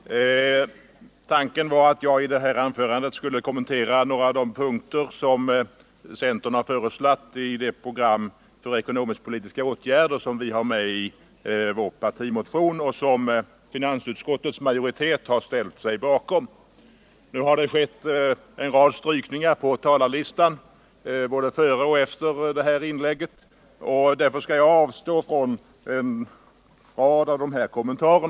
Herr talman! Min tanke var att i det här anförandet kommentera några av centerns förslag i det program för ekonomisk-politiska åtgärder som vi har lagt fram i vår partimotion och som finansutskottets majoritet har slutit upp bakom. Men en rad talare både före och efter mig har strukit sig, och därför skall jag avstå från att göra en del av dessa kommentarer.